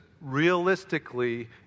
realistically